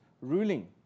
ruling